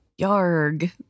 Yarg